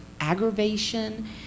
aggravation